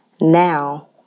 now